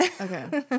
Okay